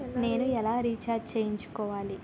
నేను ఎలా రీఛార్జ్ చేయించుకోవాలి?